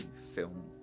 film